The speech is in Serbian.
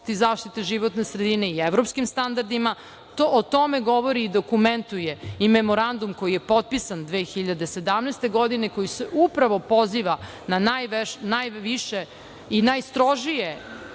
zaštite životne sredine i evropskim standardima. O tome govori i dokumentuje i memorandum koji je potpisan 2017. godine koji upravo poziva na najviše i najstrože